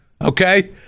okay